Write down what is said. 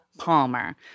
Palmer